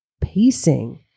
pacing